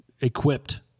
equipped